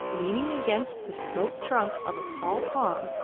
leaning against the smooth trunk of a tall palm,